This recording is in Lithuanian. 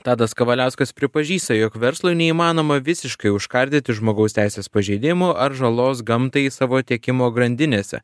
tadas kavaliauskas pripažįsta jog verslui neįmanoma visiškai užkardyti žmogaus teisės pažeidimų ar žalos gamtai savo tiekimo grandinėse